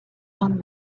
own